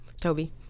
Toby